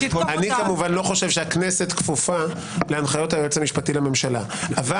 אני לא חושב שהכנסת כפופה להנחיות היועץ המשפטי לממשלה אבל